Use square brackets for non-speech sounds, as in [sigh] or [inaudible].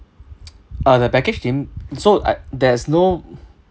[noise] uh the package name so uh there's no